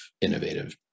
innovative